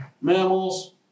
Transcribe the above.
mammals